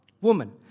woman